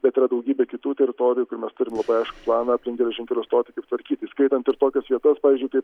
bet yra daugybė kitų teritorijų kai mes turim labai aiškų planą aplink geležinkelio stotį kaip tvarkytis įskaitant ir tokias vietas pavyzdžiui kaip